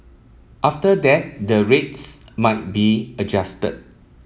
after that the rates might be adjusted